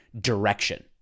direction